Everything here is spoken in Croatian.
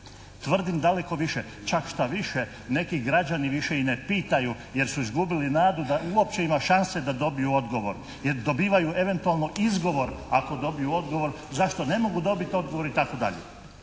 Tvrdim daleko više, čak štaviše neki građani više i ne pitaju jer su izgubili nadu da uopće ima šanse da dobiju odgovor, jer dobivaju eventualno izgovor ako dobiju odgovor zašto ne mogu dobiti odgovor itd.